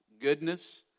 goodness